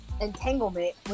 entanglement